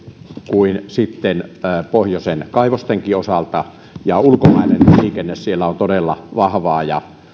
kuin pohjoisen kaivostenkin osalta ja ulkomainen liikenne siellä on todella vahvaa